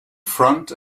front